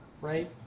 right